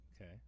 Okay